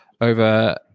over